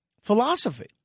philosophy